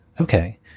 Okay